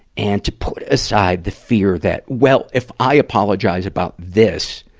and to put aside the fear that, well, if i apologize about this,